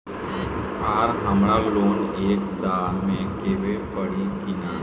आर हमारा लोन एक दा मे देवे परी किना?